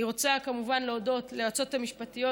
אני רוצה כמובן להודות ליועצות המשפטיות,